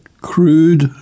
Crude